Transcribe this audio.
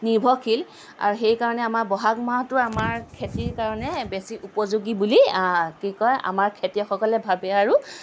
নিৰ্ভৰশীল আৰু সেই কাৰণে আমাৰ বহাগ মাহটো আমাৰ খেতিৰ কাৰণে বেছি উপযোগী বুলি কি কয় আমাৰ খেতিয়কসকলে ভাবে আৰু